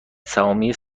سهامی